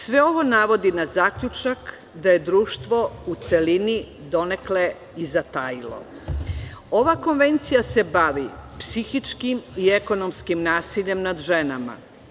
Sve ovo navodi na zaključak da je društvo u celini donekle zatajilo Ova konvencija se bavi psihičkim i ekonomskim nasiljem nad ženama.